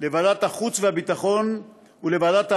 לוועדת החוץ והביטחון ולוועדת העבודה,